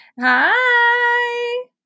hi